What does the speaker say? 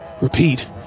Repeat